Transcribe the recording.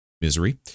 misery